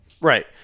Right